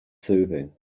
soothing